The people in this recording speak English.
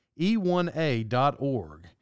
e1a.org